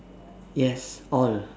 yes all